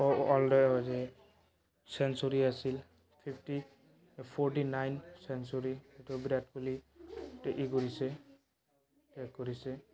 century আছিল fifty forty nine century সেইটো বিৰাট কোহলি এইটো ই কৰিছে ব্ৰেক কৰিছে